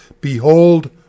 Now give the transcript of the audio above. Behold